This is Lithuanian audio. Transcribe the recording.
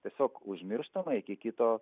tiesiog užmirštama iki kito